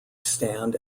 stand